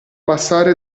passare